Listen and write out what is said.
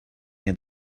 had